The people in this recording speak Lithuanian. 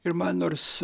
ir man nors